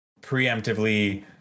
preemptively